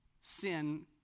sin